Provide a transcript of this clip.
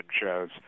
shows